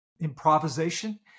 improvisation